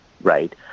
right